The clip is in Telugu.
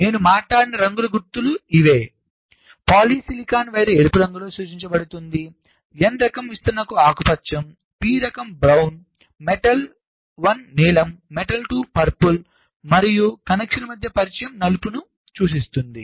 నేను మాట్లాడిన రంగు గుర్తులు ఇవే పాలిసిలికాన్ వైర్ ఎరుపు రంగులో సూచించబడుతుంది n రకం విస్తరణకు ఆకుపచ్చ p రకం బ్రౌన్ మెటల్ 1నీలం మెటల్ 2 పర్పుల్ మరియు కనెక్షన్ల యొక్క పరిచయం నలుపును సూచిస్తుంది